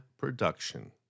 Production